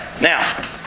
now